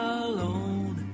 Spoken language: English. alone